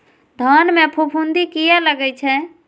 धान में फूफुंदी किया लगे छे?